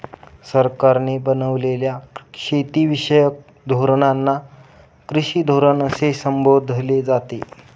सरकारने बनवलेल्या शेतीविषयक धोरणांना कृषी धोरण असे संबोधले जाते